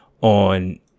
on